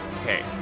Okay